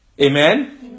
amen